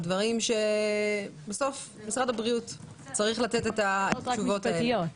דברים שבסוף משרד הבריאות צריך לתת את התשובות עליהם.